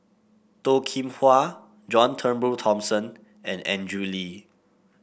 Toh Kim Hwa John Turnbull Thomson and Andrew Lee